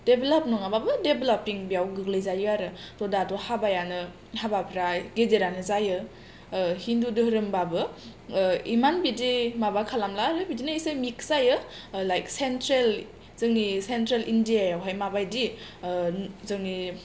develop नङाबाबो developing बेयाव गोग्लैजायो आरो दाथ' हाबायानो हाबाफ्रा गिदिरानो जायो हिन्दु धोरोमबाबो इमान बिदि माबा खालामला बिदिनो एसे मिक्स्ड जायो लाइक सेन्ट्रेल जोंनि सेन्ट्रेल इण्डिया आवहाय माबादि जोंनि